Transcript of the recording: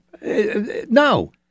No